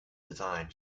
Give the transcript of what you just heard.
design